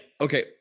okay